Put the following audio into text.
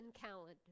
calendar